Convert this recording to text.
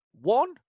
One